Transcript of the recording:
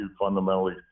fundamentally